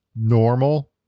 normal